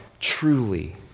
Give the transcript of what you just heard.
truly